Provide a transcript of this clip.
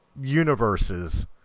universes